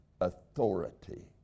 authority